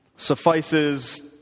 suffices